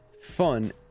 fun